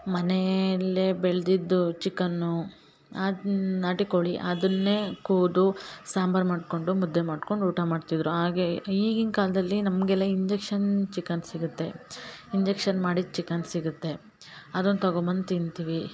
ಮನೇಲೆ ಬೆಳೆದಿದ್ದು ಚಿಕನ್ನು ಅದು ನಾಟಿಕೋಳಿ ಅದನ್ನೇ ಕೊಯ್ದು ಸಾಂಬಾರು ಮಾಡಿಕೊಂಡು ಮುದ್ದೆ ಮಾಡ್ಕೊಂಡು ಊಟ ಮಾಡ್ತಿದ್ದರು ಹಾಗೆ ಈಗಿನ ಕಾಲದಲ್ಲಿ ನಮಗೆಲ್ಲ ಇಂಜೆಕ್ಷನ್ ಚಿಕನ್ ಸಿಗುತ್ತೆ ಇಂಜೆಕ್ಷನ್ ಮಾಡಿದ ಚಿಕನ್ ಸಿಗುತ್ತೆ ಅದನ್ನು ತಗೋ ಬಂದು ತಿಂತೀವಿ